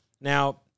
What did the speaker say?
Now